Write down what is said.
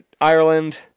Ireland